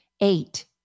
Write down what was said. Eight